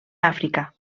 àfrica